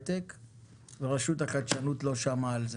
ורשות החדשנות לא שמעה על זה.